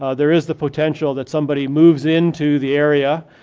ah there is the potential that somebody moves into the area,